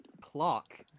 clock